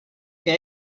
que